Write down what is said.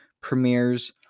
premieres